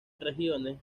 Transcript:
regiones